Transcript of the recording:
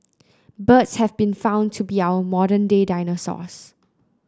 birds have been found to be our modern day dinosaurs